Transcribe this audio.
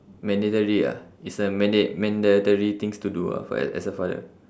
mandatory ah it's a manda~ mandatory things to do ah for as as a father